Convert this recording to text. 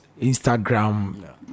Instagram